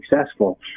successful